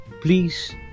Please